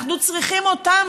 אנחנו צריכים אותם.